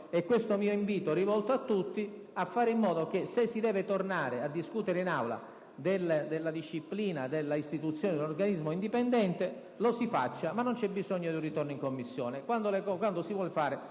in questo senso rivolgo a tutti un invito - se si deve tornare a discutere in Aula della disciplina dell'istituzione di un organismo indipendente, lo si faccia, senza bisogno di un ritorno in Commissione,